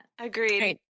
Agreed